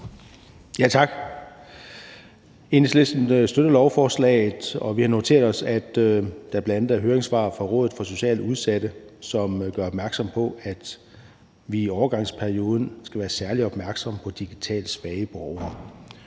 Tak. Enhedslisten støtter lovforslaget, og vi har noteret os, at der bl.a. er høringssvar fra Rådet for Socialt Udsatte, der gør opmærksom på, at vi i overgangsperioden skal være særlig opmærksomme på digitalt svage borgere.